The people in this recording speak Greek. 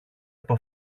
από